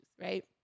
right